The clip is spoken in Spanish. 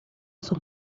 sus